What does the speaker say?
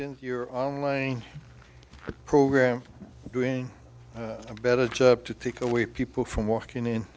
in your online program doing a better job to take away people from working in